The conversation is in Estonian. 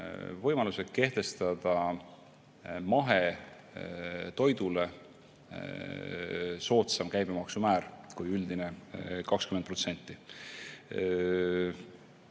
võimaluse kehtestada mahetoidule soodsam käibemaksumäär kui üldine 20%.